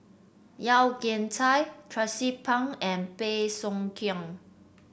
Yeo Kian Chai Tracie Pang and Bey Soo Khiang